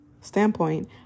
standpoint